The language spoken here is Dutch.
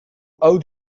oud